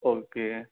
okay